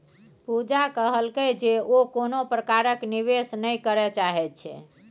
पूजा कहलकै जे ओ कोनो प्रकारक निवेश नहि करय चाहैत छै